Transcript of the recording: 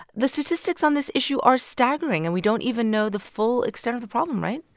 the statistics on this issue are staggering, and we don't even know the full extent of the problem, right?